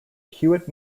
hewitt